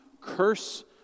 curse